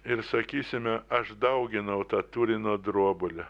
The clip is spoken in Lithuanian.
ir sakysime aš dauginau tą turino drobulę